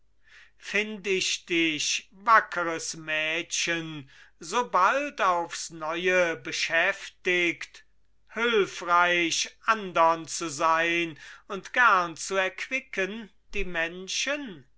find ich dich wackeres mädchen so bald aufs neue beschäftigt hülfreich andern zu sein und gern zu erquicken die menschen